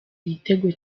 igitego